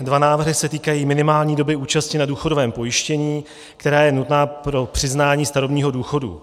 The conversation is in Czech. Dva návrhy se týkají minimální doby účasti na důchodovém pojištění, která je nutná pro přiznání starobního důchodu.